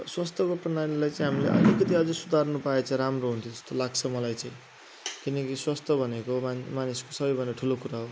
त स्वास्थ्यको प्रणालीलाई चाहिँ हामीले अलिकति अझ सुधार्नु पाएँ चाहिँ राम्रो हुन्थ्यो जस्तो लाग्छ मलाई चाहिँ किनकि स्वास्थ्य भनेको मान मानिसको सबभन्दा ठुलो कुरा हो